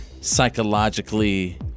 psychologically